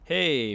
Hey